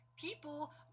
people